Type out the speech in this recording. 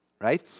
right